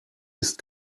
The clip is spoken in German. isst